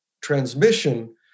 transmission